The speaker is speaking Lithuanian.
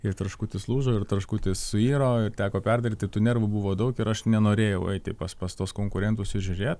ir traškutis lūžo ir traškutis suiro teko perdaryti tų nervų buvo daug ir aš nenorėjau eiti pas pas tuos konkurentus ir žiūrėt